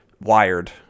wired